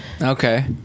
Okay